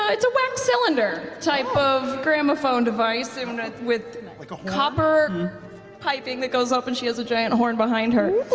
ah it's a wax cylinder type of gramophone device i mean with with like copper piping that goes up and she has a giant horn behind her.